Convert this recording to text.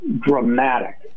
dramatic